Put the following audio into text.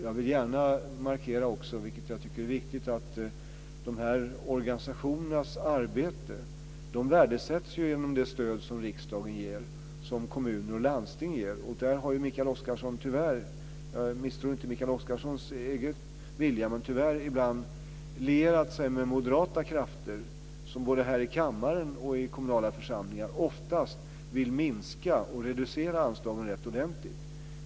Jag vill gärna markera att organisationernas arbete värdesätts genom det stöd som riksdagen, kommuner och landsting ger. Mikael Oscarsson har tyvärr ibland lierat sig med moderata krafter. Jag misstror inte Mikael Oscarssons egen vilja. Men moderaterna vill oftast, både här i kammaren och i kommunala församlingar, minska anslagen rätt ordentligt.